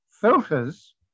filters